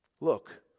Look